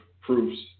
proofs